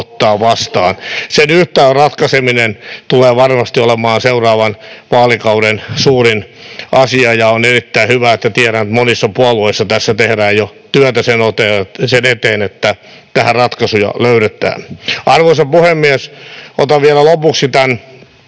Sen yhtälön ratkaiseminen tulee varmasti olemaan seuraavan vaalikauden suurin asia, ja on erittäin hyvä, kuten tiedän, että monissa puolueissa tässä tehdään jo työtä sen eteen, että tähän ratkaisuja löydetään. Arvoisa puhemies! Otan vielä lopuksi tämän